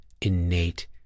innate